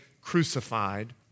crucified